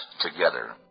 together